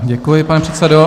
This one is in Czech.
Děkuji, pane předsedo.